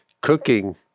cooking